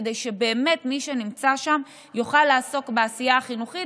כדי שבאמת מי שנמצא שם יוכל לעסוק בעשייה החינוכית